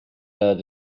how